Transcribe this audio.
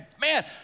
Man